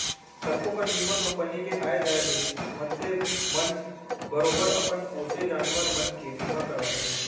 कतको कन बीमा कंपनी के आ जाय ले मनसे मन बरोबर अपन पोसे जानवर मन के बीमा करवाथें